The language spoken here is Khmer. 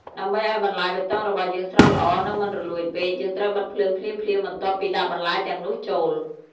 ដើម្បីឱ្យបន្លែបៃតងរបស់យើងស្រស់ល្អ និង មិនរលួយពេក យើងត្រូវបិទភ្លើងភ្លាមៗបន្ទាប់ពីដាក់បន្លែទាំងនោះចូល។